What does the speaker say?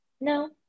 No